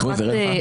בבקשה.